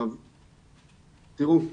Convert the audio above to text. תראו,